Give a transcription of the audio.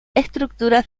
estructuras